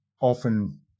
Often